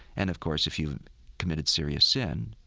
and of course if you've committed serious sin,